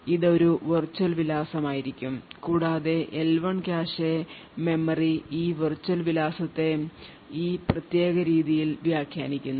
ഇത് ഒരു വെർച്വൽ വിലാസമായിരിക്കും കൂടാതെ L1 കാഷെ മെമ്മറി ഈ വിർച്വൽ വിലാസത്തെ ഈ പ്രത്യേക രീതിയിൽ വ്യാഖ്യാനിക്കുന്നു